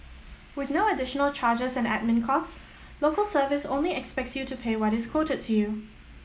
with no additional charges and admin costs Local Service only expects you to pay what is quoted to you